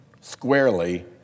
squarely